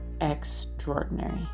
extraordinary